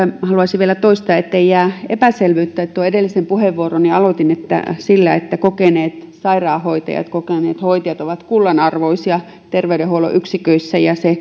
haluaisin vielä toistaa ettei jää epäselvyyttä että tuon edellisen puheenvuoroni aloitin sillä että kokeneet sairaanhoitajat kokeneet hoitajat ovat kullanarvoisia terveydenhuollon yksiköissä ja se